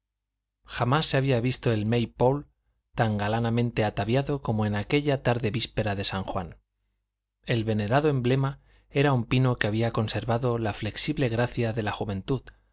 jamás se había visto el may pole tan galanamente ataviado como en aquella tarde víspera de san juan el venerado emblema era un pino que había conservado la flexible gracia de la juventud